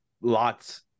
lots